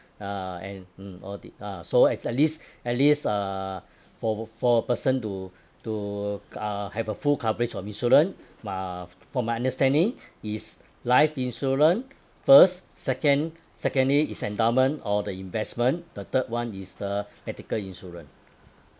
uh and mm all the uh so as at least at least uh for for for a person to to uh have a full coverage of insurance uh from my understanding is life insurance first second secondary is endowment or the investment the third one is the medical insurance